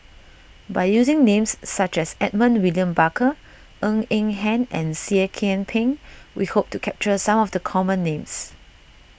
by using names such as Edmund William Barker Ng Eng Hen and Seah Kian Peng we hope to capture some of the common names